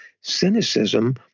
cynicism